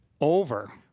Over